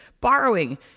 borrowing